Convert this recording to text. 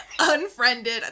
unfriended